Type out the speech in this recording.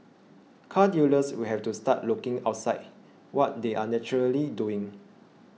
car dealers will have to start looking outside what they are naturally doing